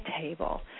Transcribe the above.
table